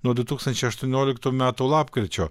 nuo du tūkstančiai aštuonioliktų metų lapkričio